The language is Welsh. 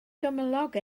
gymylog